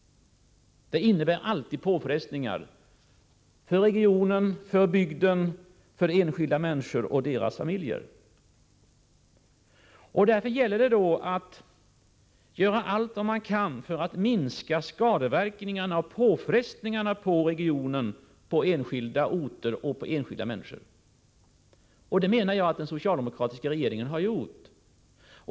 Det blir alltid påfrestningar —- för regionen, bygden, de enskilda människorna och deras familjer. Därför gäller det att göra allt vad man kan för att minska skadeverkningarna och påfrestningarna på regionen, de enskilda orterna och de enskilda människorna, och det menar jag att den socialdemokratiska regeringen har gjort.